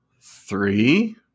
Three